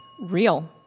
Real